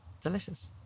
delicious